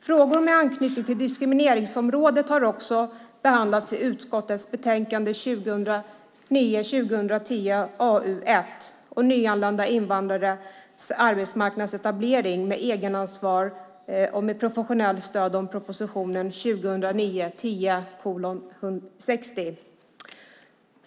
Frågor med anknytning till diskrimineringsområdet har också behandlats i utskottets betänkande 2009 10:60.